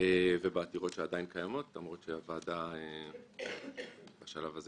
ובעתירות שעדיין קיימות, למרות שהוועדה בשלב הזה